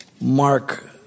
mark